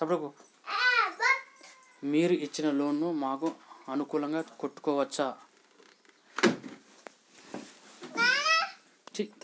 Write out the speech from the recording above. మీరు ఇచ్చిన లోన్ ను మాకు అనుకూలంగా కట్టుకోవచ్చా?